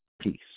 Peace